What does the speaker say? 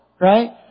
Right